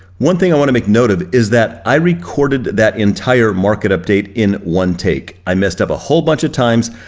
one thing i wanna make note of is that i recorded that entire market update in one take. i messed up a whole bunch of times,